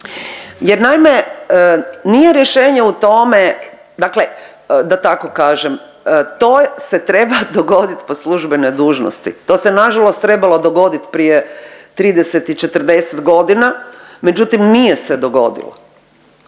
jer naime nije rješenje u tome dakle da tako kažem, to se treba dogodit po službenoj dužnosti. To se nažalost trebalo dogodit prije 30 i 40 godina, međutim nije se dogodilo